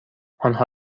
آنها